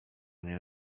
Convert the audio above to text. nie